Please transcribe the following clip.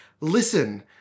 Listen